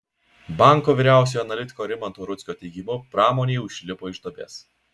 banko vyriausiojo analitiko rimanto rudzkio teigimu pramonė jau išlipo iš duobės